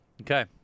Okay